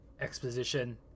exposition